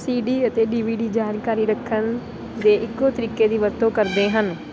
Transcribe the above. ਸੀ D ਅਤੇ D V D ਜਾਣਕਾਰੀ ਰੱਖਣ ਦੇ ਇੱਕੋ ਤਰੀਕੇ ਦੀ ਵਰਤੋਂ ਕਰਦੇ ਹਨ